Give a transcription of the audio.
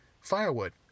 Firewood